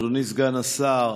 אדוני סגן השר,